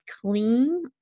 clean